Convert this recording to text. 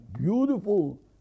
beautiful